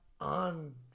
on